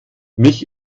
mich